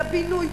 לבינוי.